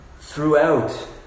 throughout